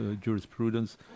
jurisprudence